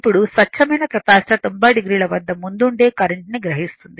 ఇప్పుడు స్వచ్ఛమైన capacitor 90 o వద్ద ముందుండే కరెంట్ ని గ్రహిస్తుంది